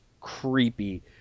creepy